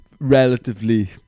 Relatively